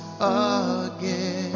again